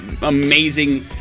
amazing